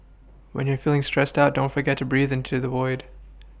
when you are feeling stressed out don't forget to breathe into the void